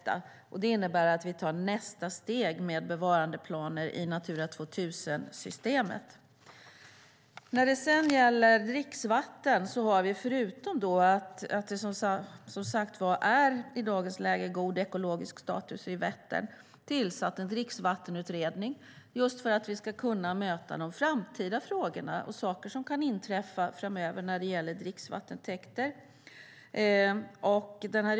Detta innebär att vi tar nästa steg med bevarandeplaner i Natura 2000-systemet. När det gäller dricksvatten är det som sagt en god ekologisk status i Vättern i dagens läge, men vi har tillsatt en dricksvattenutredning just för att vi ska kunna möta de framtida frågorna och saker som kan inträffa framöver när det gäller dricksvattentäkter.